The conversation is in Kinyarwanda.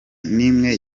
n’imwe